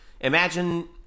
Imagine